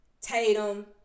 Tatum